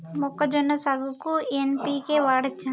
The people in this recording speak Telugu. మొక్కజొన్న సాగుకు ఎన్.పి.కే వాడచ్చా?